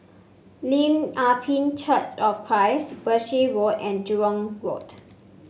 Lim Ah Pin Church of Christ Berkshire Road and Jurong Road